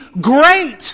great